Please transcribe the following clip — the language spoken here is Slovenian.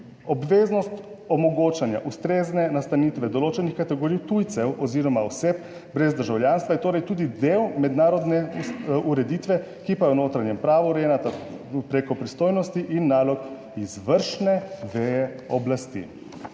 Obveznost omogočanja ustrezne nastanitve določenih kategorij tujcev oziroma oseb brez državljanstva, je torej tudi del mednarodne ureditve, ki pa je v notranjem pravu urejena preko pristojnosti in nalog izvršne veje oblasti.